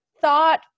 thought